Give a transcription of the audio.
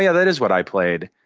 yeah that is what i played.